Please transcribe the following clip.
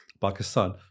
Pakistan